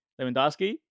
Lewandowski